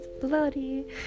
bloody